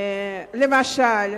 למשל: